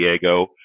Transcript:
Diego